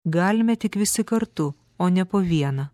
galime tik visi kartu o ne po vieną